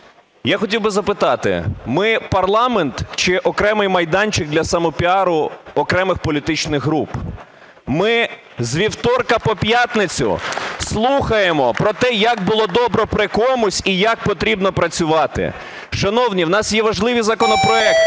Я хотів би запитати, ми парламент чи окремий майданчик для самопіару окремих політичних груп? Ми з вівторка по п'ятницю слухаємо про те, як було добре при комусь і як потрібно працювати. Шановні, у нас є важливі законопроекти.